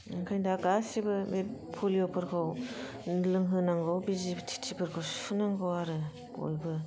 ओंखायनो दा गासिबो बे पलिअफोरखौ लोंहोनांगौ बिजि थिथिफोरखौ सुहोनांगौ आरो बयबो